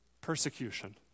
Persecution